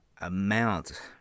amount